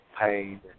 pain